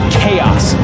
chaos